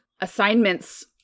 assignments